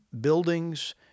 buildings